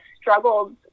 struggled